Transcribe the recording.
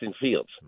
Fields